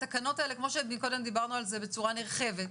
התקנות האלה כמו שקודם דיברנו על זה בצורה נרחבת,